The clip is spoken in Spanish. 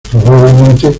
probablemente